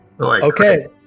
Okay